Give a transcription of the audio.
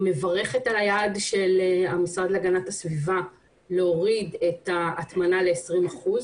אני מברכת על היעד של המשרד להגנת הסביבה להוריד את ההטמנה ל-20 אחוזים